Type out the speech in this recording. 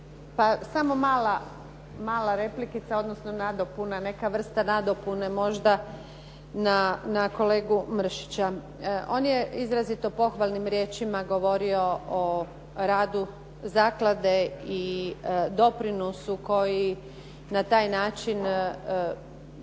pa samo mala replikica, odnosno nadopuna, neka vrsta nadopune možda na kolegu Mršića. On je izrazito pohvalnim riječima govorio o radu zaklade i doprinosu koji na taj način